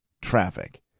traffic